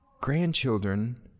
grandchildren